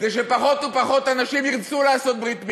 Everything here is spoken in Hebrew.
זה שפחות ופחות אנשים ירצו לעשות ברית מילה,